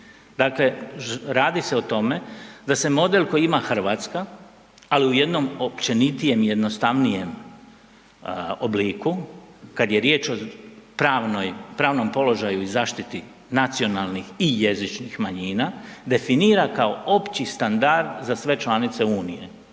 Dakle, radi se o tome da se model koji ima RH, ali u jednom općenitijem i jednostavnijem obliku kad je riječ o pravnoj, pravnom položaju i zaštiti nacionalnih i jezičnih manjina definira kao opći standard za sve članice Unije.